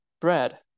bread